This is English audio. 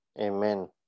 Amen